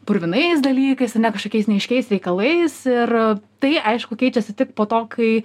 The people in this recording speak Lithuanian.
purvinais dalykais ar ne kažkokiais neaiškiais reikalais ir tai aišku keičiasi tik po to kai